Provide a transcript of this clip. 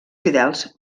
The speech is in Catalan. fidels